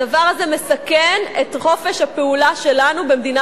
הדבר הזה מסכן את חופש הפעולה שלנו במדינה